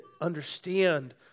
understand